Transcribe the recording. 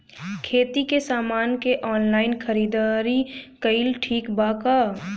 खेती के समान के ऑनलाइन खरीदारी कइल ठीक बा का?